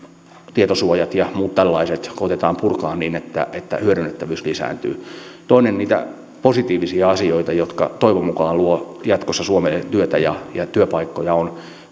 tietosuojat ja muut tällaiset koetetaan purkaa niin että että hyödynnettävyys lisääntyy toinen niistä positiivisista asioista jotka toivon mukaan luovat jatkossa suomeen työtä ja työpaikkoja on